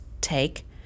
take